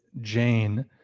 Jane